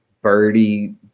birdie